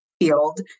field